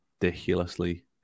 ridiculously